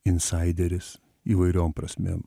insaideris įvairiom prasmėm